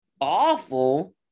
awful